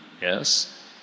yes